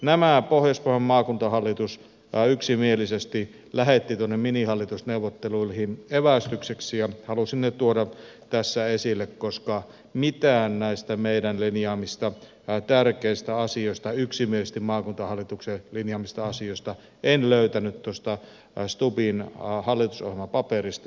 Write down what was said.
nämä pohjois pohjanmaan maakuntahallitus yksimielisesti lähetti tuonne minihallitusneuvotteluihin evästykseksi ja halusin ne tuoda tässä esille koska mitään näistä meidän linjaamistamme tärkeistä asioista yksimielisesti maakuntahallituksen linjaamista asioista en löytänyt tuosta stubbin hallitusohjelmapaperista